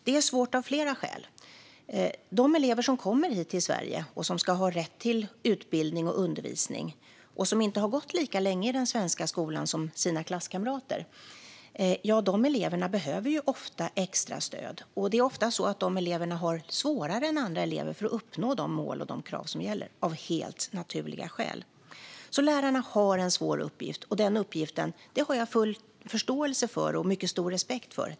Det är svårt av flera skäl. De elever som kommer hit till Sverige, som ska ha rätt till utbildning och undervisning och som inte har gått lika länge i den svenska skolan som sina klasskamrater, behöver ofta extra stöd. Det är ofta så att dessa elever har svårare än andra elever att uppnå de mål och krav som gäller, av helt naturliga skäl. Lärarna har alltså en svår uppgift, och denna uppgift har jag full förståelse och mycket stor respekt för.